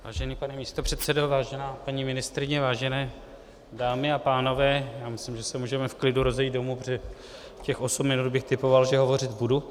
Vážený pane místopředsedo, vážená paní ministryně, vážené dámy a pánové, myslím, že se můžeme v klidu rozejít domů, protože těch osm minut bych typoval, že hovořit budu.